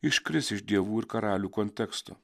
iškris iš dievų ir karalių konteksto